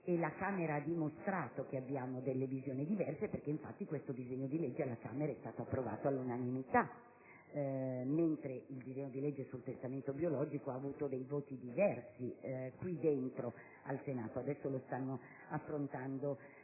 e la Camera dei deputati ha dimostrato che sono diverse, perché infatti questo disegno di legge alla Camera è stato approvato all'unanimità, mentre il disegno di legge sul testamento biologico ha avuto dei voti diversi qui in Senato (adesso lo stanno affrontando